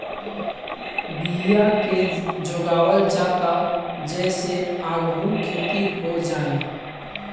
बिया के जोगावल जाता जे से आगहु खेती हो जाए